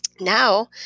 Now